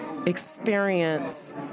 experience